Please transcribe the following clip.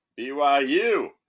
BYU